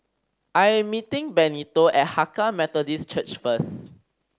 I am meeting Benito at Hakka Methodist Church first